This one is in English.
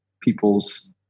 people's